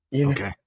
Okay